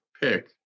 pick